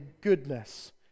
goodness